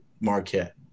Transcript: Marquette